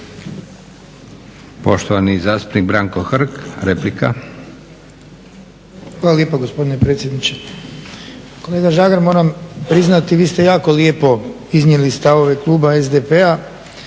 Poštovani zastupnik Branko Hrg, replika. **Hrg, Branko (HSS)** Hvala lijepo gospodine predsjedniče. Kolega Žagar moram priznati vi ste jako lijepo iznijeli stavove kluba SDP-a